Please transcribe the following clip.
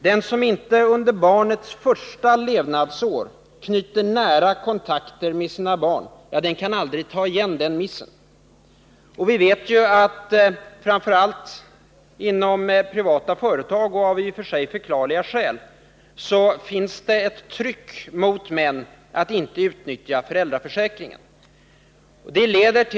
Den som inte under barnets första levnadsår knyter nära kontakter med sina barn kan aldrig ta igen den missen. Och vi vet ju att framför allt inom privata företag, av i och för sig förklarliga skäl, finns det ett tryck mot män att inte utnyttja föräldraförsäkringen.